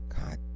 God